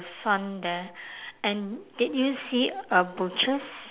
sun there and did you see a butcher's